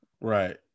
Right